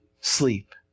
Sleep